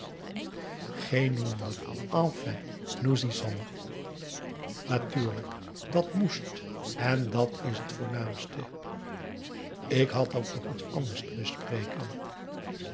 geen wonder enfin nous y sommes natuurlijk dat moest en dat is het voornaamste ik had ook nog iets anders te bespreken